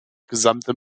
gesamte